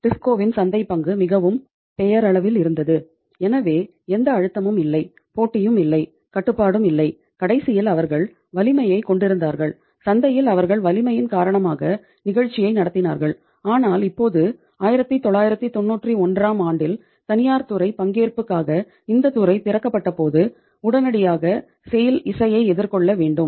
disco இசையை எதிர்கொள்ள வேண்டும்